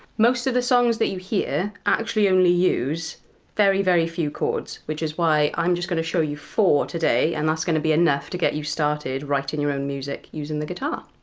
most of the songs that you hear actually only use very very few chords, which is why i'm just going to show you four today, and that's going to be enough to get you started writing your own music using the guitar.